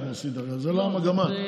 זו לא המגמה.